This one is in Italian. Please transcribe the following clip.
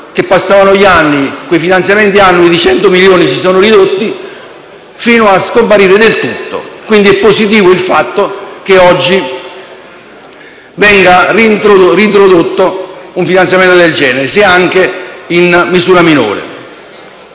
che passavano gli anni, quei finanziamenti annui di 100 milioni si sono ridotti fino a scomparire del tutto: è positivo quindi il fatto che oggi venga reintrodotto un finanziamento del genere, anche se in misura minore.